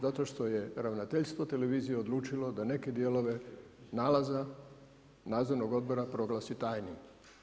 Zato što je ravnateljstvo televizije odlučilo da neke dijelove nalaza nadzornog odbora proglasi tajnim.